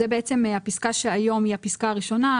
זאת הפסקה שהיום היא הפסקה הראשונה,